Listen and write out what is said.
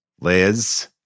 Liz